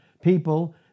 people